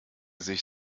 sich